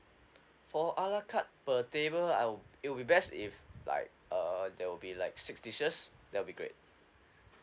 for a la carte per table I will it will be best if like uh there will be like six dishes that'd be great